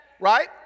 Right